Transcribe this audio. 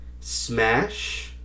smash